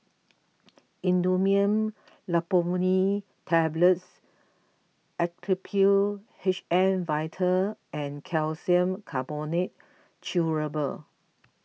Imodium Loperamide Tablets Actrapid H M Vital and Calcium Carbonate Chewable